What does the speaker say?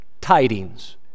tidings